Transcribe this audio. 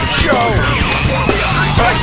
show